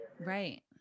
Right